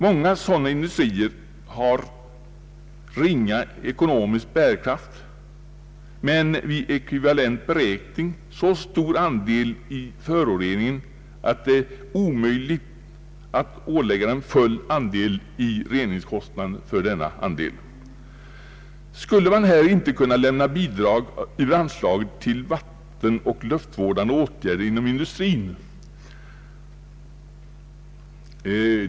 Många sådana industrier har ringa ekonomisk bärkraft men vid ekvivalent beräkning så stor andel i föroreningen, att det är omöjligt att ålägga dem full andel i reningskostnaderna för denna del. Skulle man här inte kunna lämna bidrag ur anslaget till vattenoch luftvårdande åtgärder inom industrin?